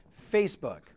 Facebook